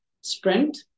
sprint